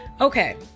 Okay